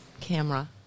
camera